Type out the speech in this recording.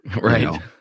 Right